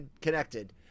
connected